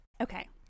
Okay